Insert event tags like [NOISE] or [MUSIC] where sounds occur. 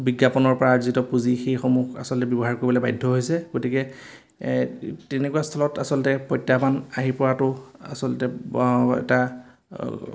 বিজ্ঞাপনৰপৰা আৰ্জিত পুজি সেইসমূহ আচলতে ব্যৱহাৰ কৰিবলৈ বাধ্য হৈছে গতিকে তেনেকুৱা স্থলত আচলতে প্ৰত্যাহ্বান আহি পৰাতো আচলতে [UNINTELLIGIBLE] এটা